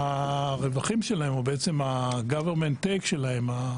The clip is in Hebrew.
הרווחים שלהם, או בעצם ה-government take שלהם,